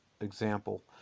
example